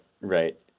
right